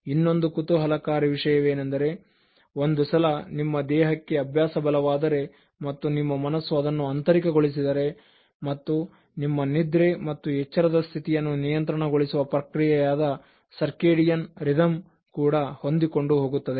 ಇನ್ನೊಂದು ಕುತೂಹಲಕಾರಿ ವಿಷಯವೆಂದರೆ ಒಂದು ಸಲ ನಿಮ್ಮ ದೇಹಕ್ಕೆ ಅಭ್ಯಾಸ ಬಲವಾದರೆ ಮತ್ತು ನಿಮ್ಮ ಮನಸ್ಸು ಅದನ್ನು ಆಂತರಿಕ ಗೊಳಿಸಿದರೆ ಮತ್ತು ನಿಮ್ಮ ನಿದ್ರೆ ಮತ್ತು ಎಚ್ಚರದ ಸ್ಥಿತಿಯನ್ನು ನಿಯಂತ್ರಣಗೊಳಿಸುವ ಪ್ರಕ್ರಿಯೆಯಾದ circadian rhythm ಕೂಡ ಹೊಂದಿಕೊಂಡು ಹೋಗುತ್ತದೆ